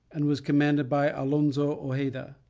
and was commanded by alonzo hojeda.